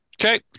Okay